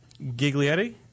Giglietti